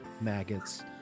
maggots